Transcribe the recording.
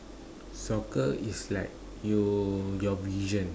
soccer is like you your vision